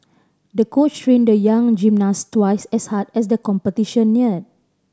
the coach trained the young gymnast twice as hard as the competition near